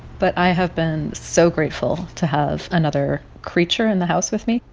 but i have been so grateful to have another creature in the house with me,